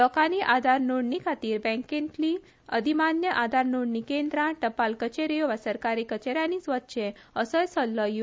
लोकानी आधार नोंदणी खातीर बँकातली अधिमान्य आधार नोंदणी केंद्रा टपाल कचेऱ्यो वा सरकारी कचेऱ्यानीच वचचे असोय सल्लो यु